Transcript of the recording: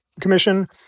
commission